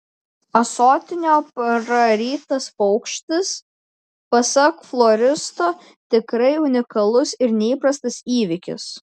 ąsotinio prarytas paukštis pasak floristo tikrai unikalus ir neįprastas įvykis